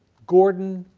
gordon,